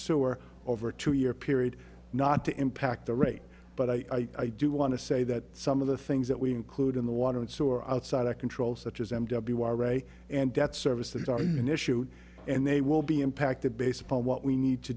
sewer over two year period not to impact the rate but i do want to say that some of the things that we include in the water and so are outside our control such as m w our ray and debt service that are an issue and they will be impacted based upon what we need to